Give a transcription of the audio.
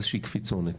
איזושהי קפיצונת,